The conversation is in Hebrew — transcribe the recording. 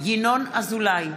ינון אזולאי,